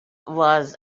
was